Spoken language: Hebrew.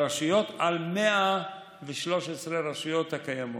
ברשויות, על 113 הרשויות הקיימות.